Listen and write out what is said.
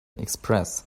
express